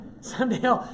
Someday